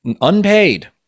unpaid